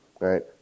right